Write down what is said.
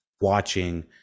watching